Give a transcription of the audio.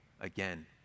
again